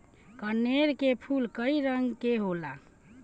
कनेर के फूल कई रंग के होखेला